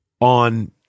on